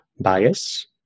bias